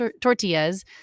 tortillas